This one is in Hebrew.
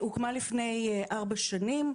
היא הוקמה לפני ארבע שנים,